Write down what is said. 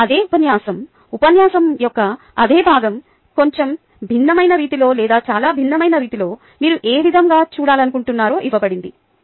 ఇప్పుడు అదే ఉపన్యాసం ఉపన్యాసం యొక్క అదే భాగం కొంచెం భిన్నమైన రీతిలో లేదా చాలా భిన్నమైన రీతిలో మీరు ఏ విధంగా చూడాలనుకుంటున్నారో ఇవ్వబడింది